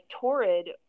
Torrid